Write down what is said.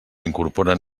incorporen